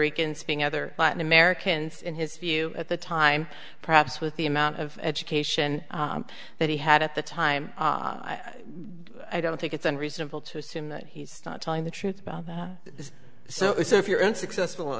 ricans being other latin americans in his view at the time perhaps with the amount of education that he had at the time i don't think it's unreasonable to assume he's not telling the truth about this so if you're in successful